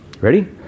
Ready